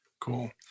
Cool